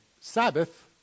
Sabbath